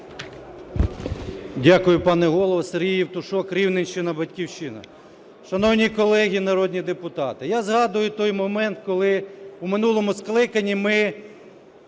Дякую, пане Голово. Сергій Євтушок, Рівненщина, "Батьківщина". Шановні колеги народні депутати, я згадую той момент, коли у минулому скликанні ми,